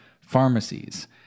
pharmacies